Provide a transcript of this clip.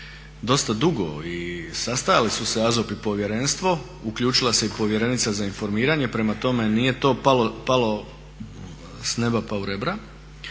dosta dugo, i sastajali su se AZOP i povjerenstvo, uključila se i povjerenica za informiranje, prema tome nije to palo s nema pa u rebra.